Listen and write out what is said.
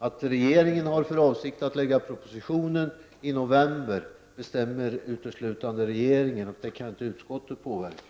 Att regeringen har för avsikt att lägga fram en proposition i november bestämmer uteslutande regeringen, och det kan inte utskottet påverka.